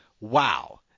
wow